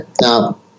Now